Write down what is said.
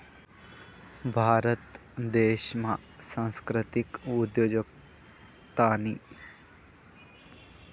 भारत देशमा सांस्कृतिक उद्योजकतानी